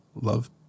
love